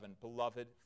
Beloved